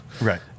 Right